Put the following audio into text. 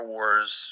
Wars